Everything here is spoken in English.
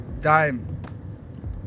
time